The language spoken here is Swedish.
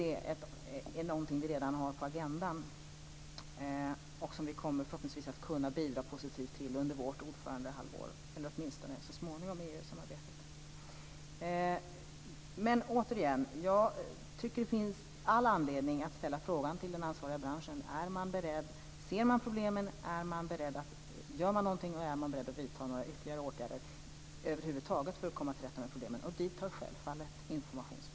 Det är någonting som vi redan har på agendan och som vi förhoppningsvis kommer att bidra positivt till under vårt ordförandehalvår eller åtminstone så småningom i EU-samarbetet. Jag tycker att det finns all anledning att ställa frågan till den ansvariga branschen: Ser man problemen, gör man något och är man beredd att vidta några ytterligare åtgärder över huvud taget för att komma till rätta med problemen. Dit hör självfallet informationen.